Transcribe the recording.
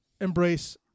Embrace